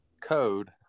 code